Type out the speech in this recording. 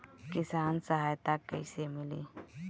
किसान सहायता कईसे मिली?